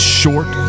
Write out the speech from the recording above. short